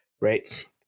Right